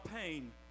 pain